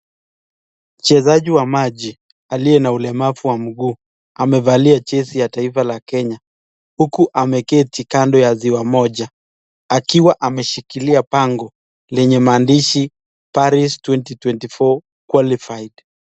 Mchezaji wa maji aliye na ulemavu wa miguu, amevalia jezi ya taifa la Kenya, huku ameketi kando ya ziwa moja, akiwa ameshikila bango lenya maandishi paris 2024 qualified .